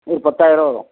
ஒரு பத்தாயரருவா வரும்